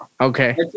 Okay